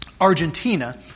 Argentina